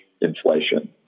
inflation